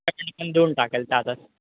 मी पण दोन टाकेल त्यातच